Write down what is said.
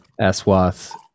Aswath